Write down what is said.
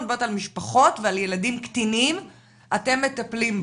אני מדברת על משפחות ועל ילדים קטינים אתם מטפלים?